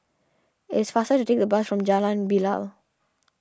it is faster to take the bus from Jalan Bilal